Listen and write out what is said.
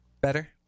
Better